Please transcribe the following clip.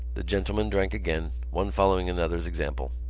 the gentlemen drank again, one following another's example.